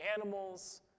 animals